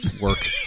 work